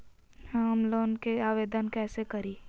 Home loan के आवेदन कैसे करि?